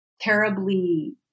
terribly